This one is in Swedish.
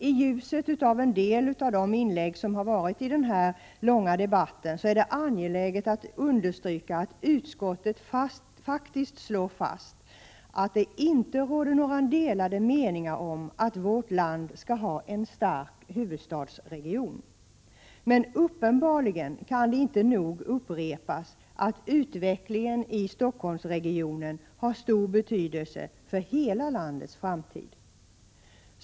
I ljuset av en del av de inlägg som gjorts i den här långa debatten är det 23 angeläget att understryka att utskottet faktiskt slår fast att det inte råder några delade meningar om att vårt land skall ha en stark huvudstadsregion. Men uppenbarligen kan det inte nog upprepas att utvecklingen i Stockholmsregionen har stor betydelse för hela landets framtid.